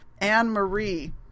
Anne-Marie